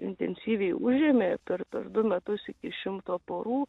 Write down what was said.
intensyviai užėmė per tuos du metus iš šimto porų